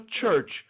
church